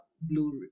blue